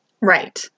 Right